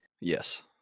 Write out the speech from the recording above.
Yes